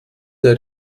der